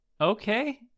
Okay